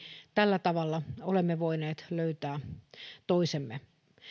tällä tavalla olemme voineet löytää toisemme